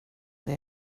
det